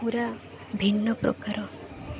ପୁରା ଭିନ୍ନ ପ୍ରକାର